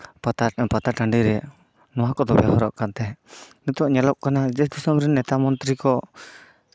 ᱯᱟᱛᱟ ᱴᱟᱺᱰᱤᱨᱮ ᱱᱚᱣᱟ ᱠᱚᱫᱚ ᱵᱮᱣᱦᱟᱨᱚᱜ ᱠᱟᱱ ᱛᱟᱦᱮᱸᱜ ᱱᱤᱛᱚᱜ ᱧᱮᱞᱚᱜ ᱠᱟᱱᱟ ᱫᱮᱥ ᱫᱤᱥᱚᱢᱨᱮ ᱱᱮᱛᱟ ᱢᱚᱱᱛᱤᱨᱤ ᱠᱚ